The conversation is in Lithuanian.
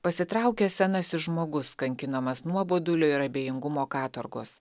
pasitraukia senasis žmogus kankinamas nuobodulio ir abejingumo katorgos